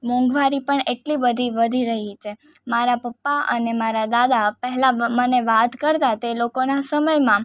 મોંઘવારી પણ એટલી બધી વધી રહી છે મારા પપ્પા અને મારા દાદા પહેલાં મને વાત કરતાં તે લોકોના સમયમાં